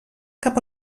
cap